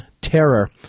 terror